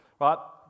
right